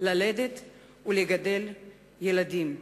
ללדת ולגדל ילדים.